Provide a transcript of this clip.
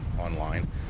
online